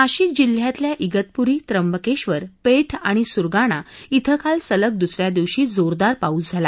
नाशिक जिल्ह्यातल्या इगतपुरी त्र्यंबकेश्वर पेठ आणि सुस्गाणा इथं काल सलग दूसऱ्या दिवशी जोरदार पाऊस झाला